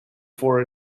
for